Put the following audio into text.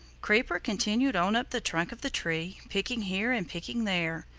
creeper continued on up the trunk of the tree, picking here and picking there.